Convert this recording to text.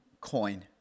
coin